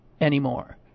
anymore